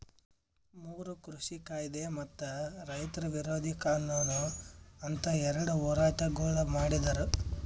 ಮೂರು ಕೃಷಿ ಕಾಯ್ದೆ ಮತ್ತ ರೈತ ವಿರೋಧಿ ಕಾನೂನು ಅಂತ್ ಎರಡ ಹೋರಾಟಗೊಳ್ ಮಾಡಿದ್ದರು